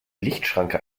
lichtschranke